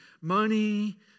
money